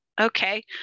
okay